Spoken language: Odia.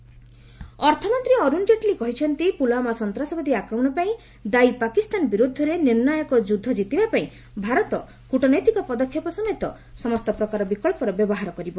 ଜେଟ୍ଲୀ ପାକିସ୍ତାନ ଅର୍ଥମନ୍ତ୍ରୀ ଅରୁଣ ଜେଟ୍ଲୀ କହିଛନ୍ତି ପୁଲ୍ୱାମା ସନ୍ତାସବାଦୀ ଆକ୍ରମଣ ପାଇଁ ଦାୟୀ ପାକିସ୍ତାନ ବିରୁଦ୍ଧରେ ନିର୍ଣ୍ଣାୟକ ଯୁଦ୍ଧ ଜିତିବା ପାଇଁ ଭାରତ କ୍ରଟନୈତିକ ପଦକ୍ଷେପ ସମେତ ସମସ୍ତ ପ୍ରକାର ବିକ୍ସର ବ୍ୟବହାର କରିବ